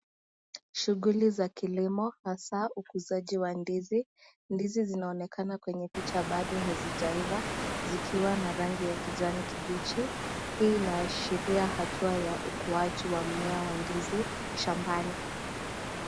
Shughuli za kilimo hasa ukuzaji ndizi, ndizi zinaonekana kwenye picha bado hazijaiva, zikiwa na rangi ya kijani kibichi, hii inaashiria hatua ya ukuaji wa mmea wa ndizi shambani.